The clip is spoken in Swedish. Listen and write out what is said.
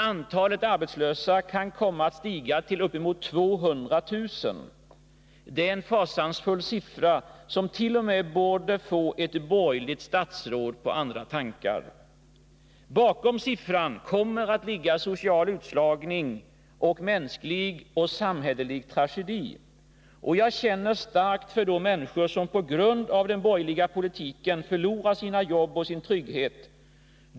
Antalet arbetslösa kan komma att stiga till uppemot 200 000. Det är en fasansfull siffra som t.o.m. borde få ett borgerligt statsråd på andra tankar. Bakom siffran kommer att ligga social utslagning och mänsklig och samhällelig tragedi. Jag känner starkt för de människor som på grund av den borgerliga politiken förlorar sina jobb och sin trygghet.